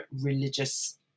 religious